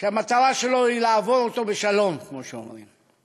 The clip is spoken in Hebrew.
שהמטרה שלו היא "לעבור אותו בשלום", כמו שאומרים.